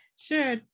Sure